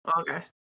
Okay